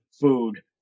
food